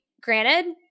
granted